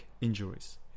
injuries